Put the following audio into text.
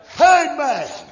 Amen